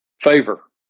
favor